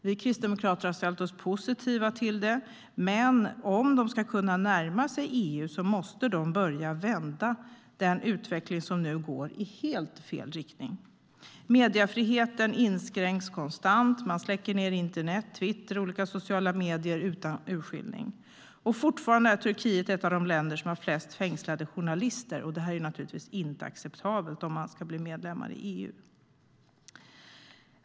Vi kristdemokrater har ställt oss positiva till den, men om de ska kunna närma sig EU måste de börja vända den utveckling som nu går i helt fel riktning. Mediefriheten inskränks konstant. Man släcker internet, twitter och olika sociala medier utan urskillning. Och fortfarande är Turkiet ett av de länder som har flest fängslade journalister. Det är naturligtvis inte acceptabelt om man ska bli medlem i EU.